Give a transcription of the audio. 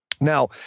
Now